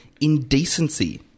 indecency